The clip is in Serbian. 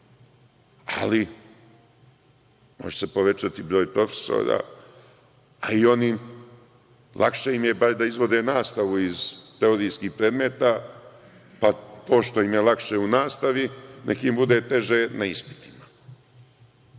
ali može se povećati broj profesora, a i lakše im je bar da izvode nastavu iz teorijskih predmeta, pa to što im je lakše u nastavi, nek im bude teže na ispitima.